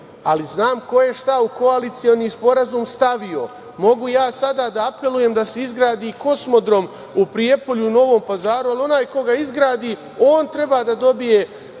ali znam ko je šta u koalicioni sporazum stavio. Mogu ja sada da apelujem da se izgradi kosmodrom u Prijepolju i Novom Pazaru, ali onaj ko ga izgradi on treba da dobije